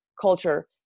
culture